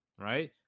right